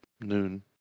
noon